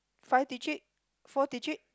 five digit four digit